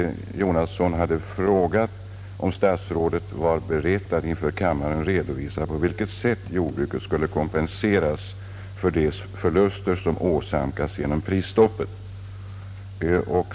Herr Jonasson frågade vid detta tillfälle, om statsrådet var beredd att inför kammaren redovisa på vilket sätt jordbruket skulle kompenseras för de förluster som det åsamkas genom prisstoppet.